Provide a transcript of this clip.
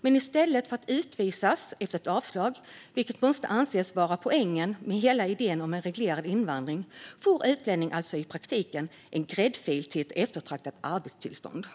Men i stället för att utvisas efter ett avslag, vilket måste anses vara poängen med hela idén om en reglerad invandring, får utlänningen alltså i praktiken en gräddfil till ett eftertraktat arbetstillstånd.